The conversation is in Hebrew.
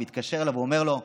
הוא מתקשר אליו ואומר לו: